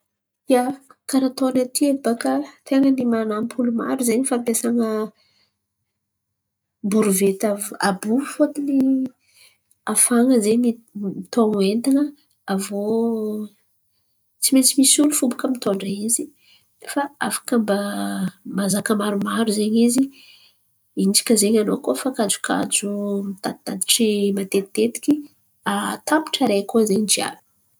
Ia, karà ataony edy tain̈a mampan̈y olo maro zen̈y fampiasan̈a borivety àby fôtiny ahafahan̈a zen̈y miton̈o entan̈a. Aviô tsy maintsy misy olo baka mitondra izy afaka mazaka raha maromaro intsaka zen̈y anô koa fa kajo mitatitatry matetiky, tapitry araiky io zen̈y jiàby.